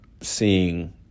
seeing